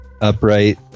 Upright